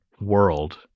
world